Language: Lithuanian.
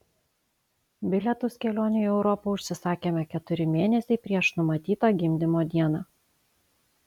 bilietus kelionei į europą užsisakėme keturi mėnesiai prieš numatytą gimdymo dieną